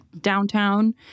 downtown